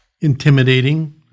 intimidating